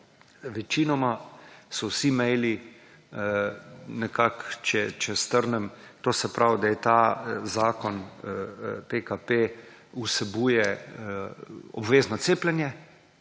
večino so vsi e-maili nekako, če strnem to se pravi, da je ta zakon PKP vsebuje obvezno cepljenje.